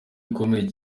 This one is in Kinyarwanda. ikomeye